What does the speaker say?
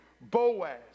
Boaz